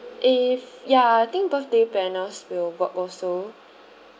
if ya I think birthday panels will work also